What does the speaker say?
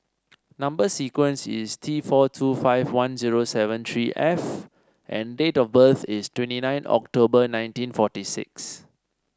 number sequence is T four two five one zero seven three F and date of birth is twenty nine October nineteen forty six